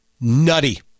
Nutty